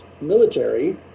military